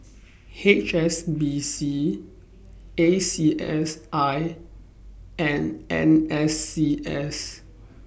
H S B C A C S I and N S C S